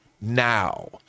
now